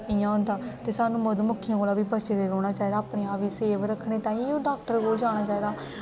इयां होंदा सानू मधुमक्खिया कोला बी बचदे रौंहना चाहिदा अफने आप गी सेव रखने ताइये डाॅक्टर कोल जाना चाहिदा